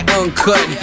uncut